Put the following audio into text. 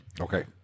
Okay